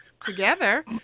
together